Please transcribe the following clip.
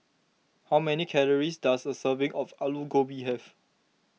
how many calories does a serving of Alu Gobi have